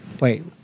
wait